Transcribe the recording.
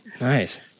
Nice